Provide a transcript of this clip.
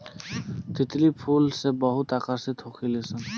तितली फूल से बहुते आकर्षित होखे लिसन